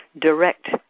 direct